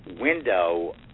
window